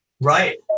Right